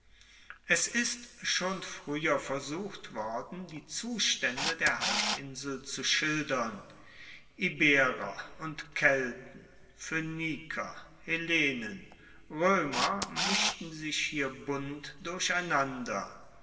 es ist schon früher versucht worden die zustände der halbinsel zu schildern iberer und kelten phöniker hellenen römer mischten sich hier bunt durcheinander